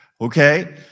Okay